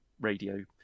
radio